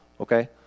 okay